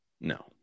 No